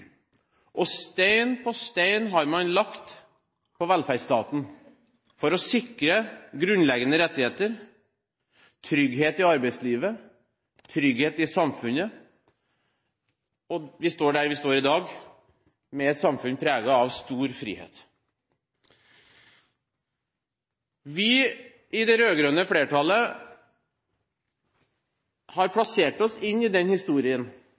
ønsket. Stein på stein har man bygd velferdsstaten for å sikre grunnleggende rettigheter, trygghet i arbeidslivet og trygghet i samfunnet – til vi står der vi står i dag, med et samfunn preget av stor frihet. Vi i det rød-grønne flertallet har plassert oss inn i den historien,